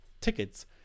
tickets